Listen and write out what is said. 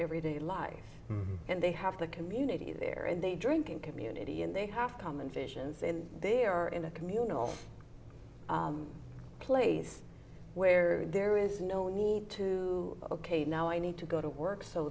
everyday life and they have the community there and they drink in community and they have common visions and they are in a communal place where there is no need to locate now i need to go to work so